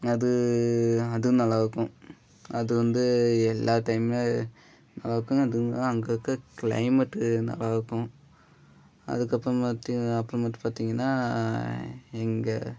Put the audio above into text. அது அதுவும் நல்லாயிருக்கும் அது வந்து எல்லா டைமுமே நல்லாயிருக்கும் அதுங்கள் அங்கிருக்க க்ளைமேட்டு நல்லாயிருக்கும் அதுக்கப்புறம் பாத்தி அப்புறமேட்டு பார்த்தீங்கன்னா இங்கே